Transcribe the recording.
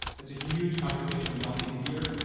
it's a huge conversation we all need to hear,